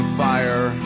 fire